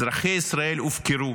אזרחי ישראל הופקרו,